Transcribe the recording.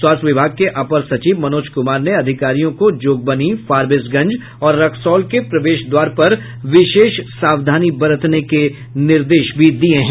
स्वास्थ्य विभाग के अपर सचिव मनोज कुमार ने अधिकारियों को जोगबनी फारबिसगंज और रक्सौल के प्रवेश द्वार पर विशेष सावधानी बरतने के निर्देश दिये हैं